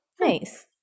Nice